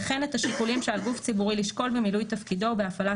וכן את השיקולים שעל גוף ציבורי לשקול במילוי תפקידו ובהפעלת